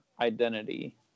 identity